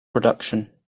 production